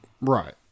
Right